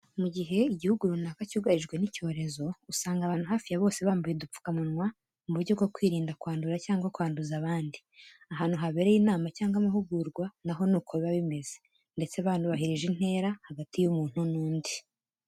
Mu gihe igihugu runaka cyugarijwe n'icyorezo, usanga abantu hafi ya bose bambaye udupfukamunwa mu buryo bwo kwirinda kwandura cyangwa kwanduza abandi. Ahantu habereye inama cyangwa amahugurwa na ho ni ko biba bimeze, ndetse banubahirije intera hagati y'umuntu n'undi.